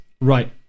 Right